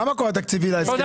מה המקור התקציבי להסכם